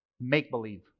Make-believe